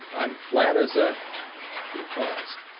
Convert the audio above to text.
i'm flat as a he paused.